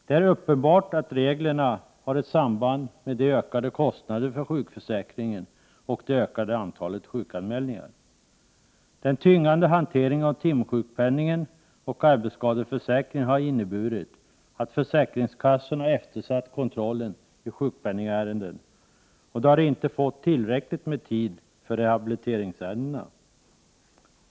Det är uppenbart att reglerna har samband med de ökade kostnaderna för sjukförsäkringen och det ökade antalet sjukanmälningar. Den tyngande hanteringen av timsjukpenningen och arbetsskadeförsäkringen har inneburit att försäkringskassorna eftersatt kontrollen i sjukpenningärenden, och de har inte fått tillräcklig tid för rehabiliteringsärenden.